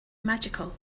magical